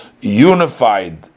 unified